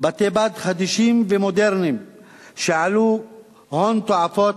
חדישים ומודרניים שעלו הון תועפות,